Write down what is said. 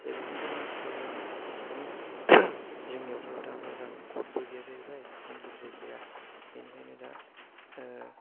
badminton खौबो आं सिगाङाव रोङामोन मानि जोंनियावथ दा' मोजां कट गैया जाहैबाय इन्जुरबो गैया बिनिखायनो दा